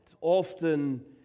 Often